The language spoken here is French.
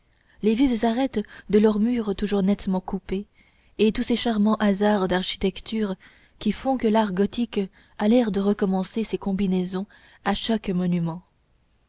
les vives arêtes de leurs murs toujours nettement coupés et tous ces charmants hasards d'architecture qui font que l'art gothique a l'air de recommencer ses combinaisons à chaque monument